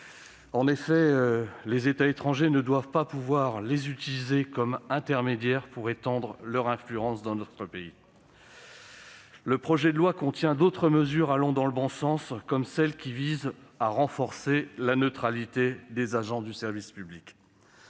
bénéficier. Les États étrangers ne doivent pas pouvoir les utiliser comme intermédiaires pour étendre leur influence dans notre pays. Le projet de loi contient d'autres mesures allant dans le bon sens, comme celles qui visent à renforcer la neutralité des agents du service public.